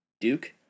Duke